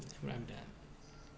I'm done